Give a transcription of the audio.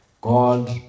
God